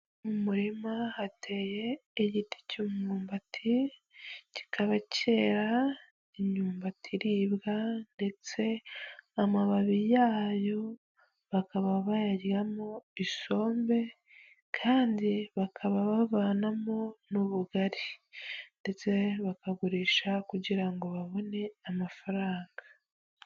Mu murima hateye igiti cy'umwumbati, kikaba cyera imyumbati iribwa ndetse amababi yayo bakaba bayaryamo isombe kandi bakaba bavanamo n'ubugari ndetse bakagurisha kugira ngo babone amafaranga.